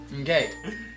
Okay